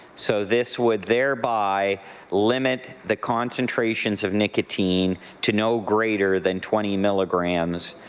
so this would there by limit the concentrations of nicotine to no greater than twenty milligrams